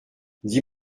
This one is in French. dis